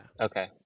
Okay